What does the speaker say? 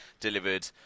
delivered